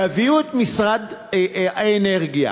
תביאו את משרד האנרגיה,